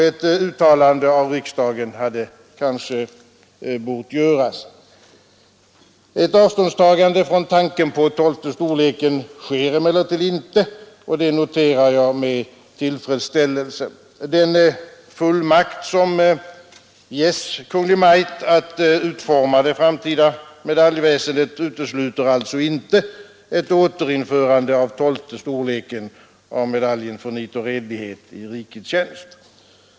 Ett uttalande av riksdagen hade kanske bort göras. Ett avståndstagande från tanken på tolfte storleken görs emellertid inte, och det noterar jag med tillfredsställelse. Den fullmakt som ges Kungl. Maj:t att utforma det framtida medaljväsendet utesluter alltså inte ett återinförande av tolfte storleken av medaljen ”För nit och redlighet i rikets tjänst”.